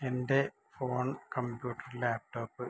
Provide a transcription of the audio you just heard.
എൻ്റെ phone computer laptop